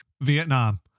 vietnam